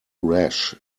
rash